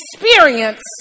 experience